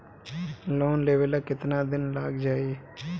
Loan लेबे ला कितना दिन लाग जाई?